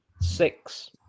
six